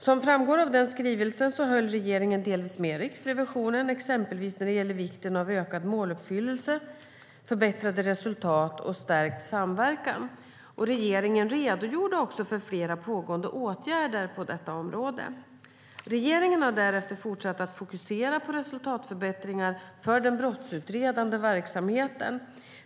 Som framgår av den skrivelsen höll regeringen delvis med Riksrevisionen, exempelvis när det gäller vikten av ökad måluppfyllelse, förbättrade resultat och stärkt samverkan. Regeringen redogjorde också för flera pågående åtgärder på detta område. Regeringen har därefter fortsatt att fokusera på resultatförbättringar för den brottsutredande verksamheten.